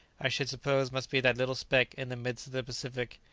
i should suppose must be that little speck in the midst of the pacific.